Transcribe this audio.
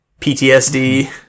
PTSD